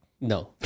No